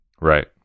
Right